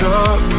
up